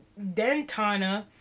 Dentana